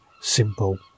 simple